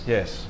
Yes